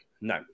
No